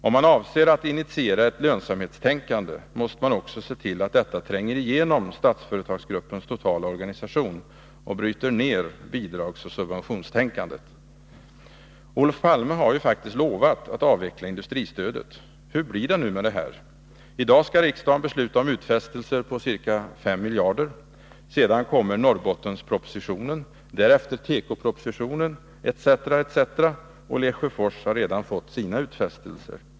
Om man avser att initiera ett lönsamhetstänkande, måste man också se till att detta tränger igenom Statsföretagsgruppens totala organisation och bryter ned bidragsoch subventionstänkandet. Olof Palme har ju faktiskt lovat att avveckla industristödet. Hur blir det nu med detta? I dag skall riksdagen besluta om utfästelser på ca 5 miljarder. Sedan kommer Norrbottenspropositionen, därefter tekopropositionen etc. etc. Lesjöfors har redan fått sina utfästelser.